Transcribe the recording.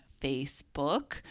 Facebook